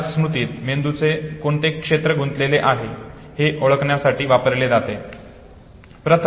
या स्मृतीत मेंदूचे कोणते क्षेत्र गुंतलेले आहेत हे ओळखण्यासाठी वापरले जाते